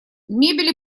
мебель